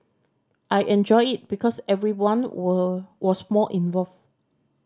I enjoyed it because everyone were was more involved